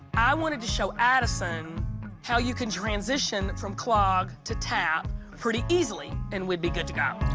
i wanted to show addison how you can transition from clog to tap pretty easily, and we'd be good to go.